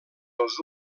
els